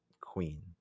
queen